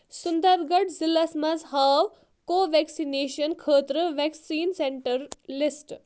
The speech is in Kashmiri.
سُنٛدر گَڑھ ضلعس منٛز ہاو کو ویٚکسیٖنیشَن خٲطرٕ ویکسیٖن سینٹرُک لسٹ